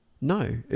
No